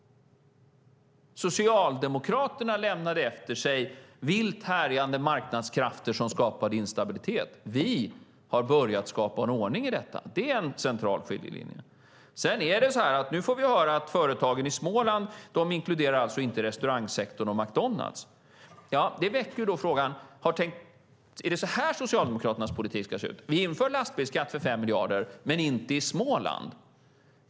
Socialdemokraterna lämnade efter sig vilt härjande marknadskrafter som skapade instabilitet. Vi har börjat skapa ordning i detta. Det är en central skiljelinje. Nu får vi höra att företagen i Småland inte inkluderar restaurangsektorn och McDonalds. Det väcker frågan: Är det så här Socialdemokraternas politik ska se ut? Vi inför lastbilsskatt för 5 miljarder - men inte i Småland.